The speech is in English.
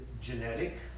genetic